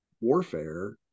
warfare